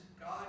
God